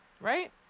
right